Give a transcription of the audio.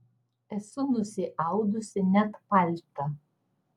esu nusiaudusi net paltą